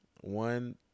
one